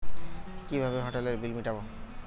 কিভাবে হোটেলের বিল মিটাব?